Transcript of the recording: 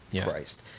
Christ